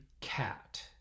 cat